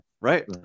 Right